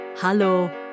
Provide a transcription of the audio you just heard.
hallo